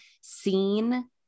seen